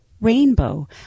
rainbow